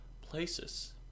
places